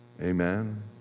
Amen